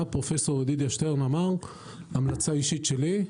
שפרופסור ידידיה שטרן אמר: המלצה אישית שלי,